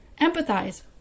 Empathize